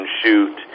shoot